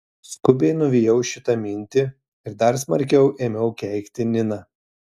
skubiai nuvijau šitą mintį ir dar smarkiau ėmiau keikti niną